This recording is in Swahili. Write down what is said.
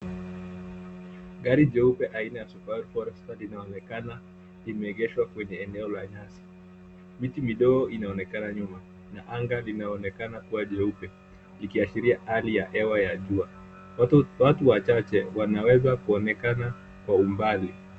Gari jeupe aina ya subaru forester linaonekana limeegeshwa kwenye eneo la nyasi. Miti midogo inaonekana nyuma na anga linaonekana kuwa jeupe likiashiria hali ya hewa ya jua. Watu wachache wanaweza kuonekana kwa umbali.